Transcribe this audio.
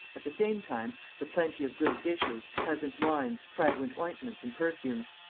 at the same time, the plenty of good dishes, pleasant wines, fragrant ointments and perfumes,